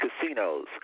casinos